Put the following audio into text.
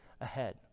ahead